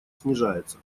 снижается